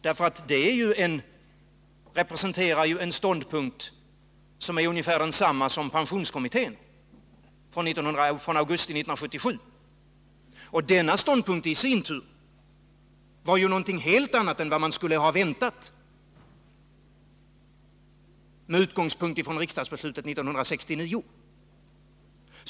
Betänkandet representerar ju en ståndpunkt som är ungefär Översyn av ATP densamma som pensionskommitténs från augusti 1977. Och denna ståndpunkt i sin tur var någonting helt annat än man skulle ha väntat, med utgångspunkt i riksdagsbeslutet 1969.